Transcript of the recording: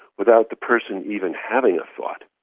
without the person even having a thought.